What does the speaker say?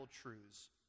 truths